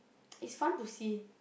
it's fun to see